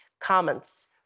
comments